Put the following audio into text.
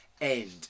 end